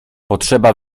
potrzeba